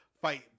fight